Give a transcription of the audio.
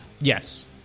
Yes